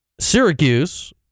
Syracuse